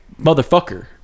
motherfucker